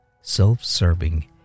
self-serving